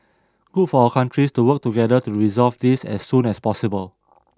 good for our countries to work together to resolve this as soon as possible